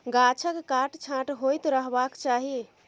गाछक काट छांट होइत रहबाक चाही